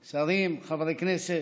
שרים, חברי כנסת,